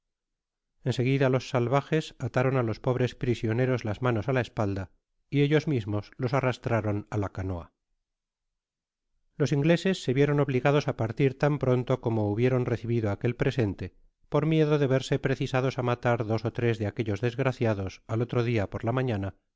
en seguida los salvajes ataron á los pobres prisioneros las manos á la espalda y ellos mismos los arrastraron á la canoa los ingleses se vieron obligados á partir tan pronto como hubieron recibido aquel presente por miedo de verse precisados a malar dos ó tres de aquellos desgraciados al otro día por la mañana